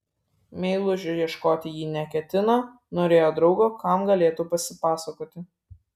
meilužio ieškoti ji neketino norėjo draugo kam galėtų pasipasakoti